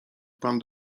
pan